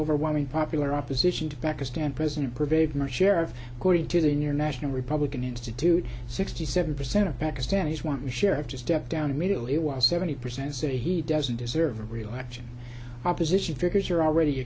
overwhelming popular opposition to pakistan president pervez musharraf according to the international republican institute sixty seven percent of pakistanis want to share of to step down immediately while seventy percent say he doesn't deserve real action opposition figures are already